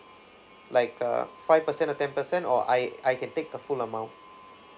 like a five percent or ten percent or I I can take the full amount